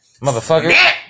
motherfucker